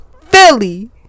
Philly